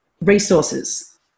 Resources